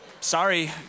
sorry